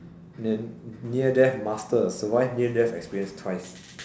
then near death master survive near death experience twice